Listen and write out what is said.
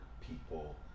people